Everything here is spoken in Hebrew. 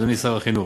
אדוני שר החינוך,